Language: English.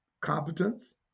competence